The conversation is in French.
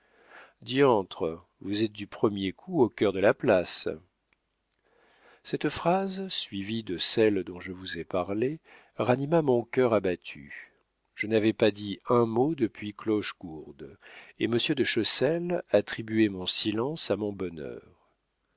diantre vous êtes du premier coup au cœur de la place cette phrase suivie de celle dont je vous ai parlé ranima mon cœur abattu je n'avais pas dit un mot depuis clochegourde et monsieur de chessel attribuait mon silence à mon bonheur